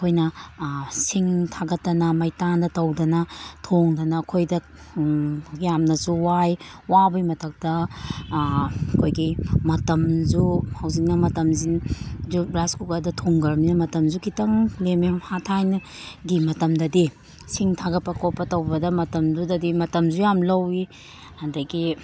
ꯑꯩꯈꯣꯏꯅ ꯁꯤꯡ ꯊꯥꯒꯠꯇꯅ ꯃꯩꯇꯥꯟꯗ ꯇꯧꯗꯅ ꯊꯣꯡꯗꯅ ꯑꯩꯈꯣꯏꯗ ꯌꯥꯝꯅꯁꯨ ꯋꯥꯏ ꯋꯥꯕꯒꯤ ꯃꯊꯛꯇ ꯑꯩꯈꯣꯏꯒꯤ ꯃꯇꯝꯁꯨ ꯍꯧꯖꯤꯛꯅ ꯃꯇꯝꯁꯤꯁꯨ ꯔꯥꯏꯁ ꯀꯨꯀꯔꯗ ꯊꯣꯡꯒ꯭ꯔꯕꯅꯤꯅ ꯃꯇꯝꯁꯨ ꯈꯤꯇꯪ ꯂꯦꯝꯃꯦ ꯊꯥꯏꯅꯒꯤ ꯃꯇꯝꯗꯗꯤ ꯁꯤꯡ ꯊꯥꯒꯠꯄ ꯈꯣꯠꯄꯗ ꯃꯇꯝꯗꯨꯗꯗꯤ ꯃꯇꯝꯁꯨ ꯌꯥꯝ ꯂꯧꯏ ꯑꯗꯒꯤ